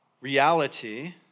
reality